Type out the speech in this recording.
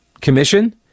commission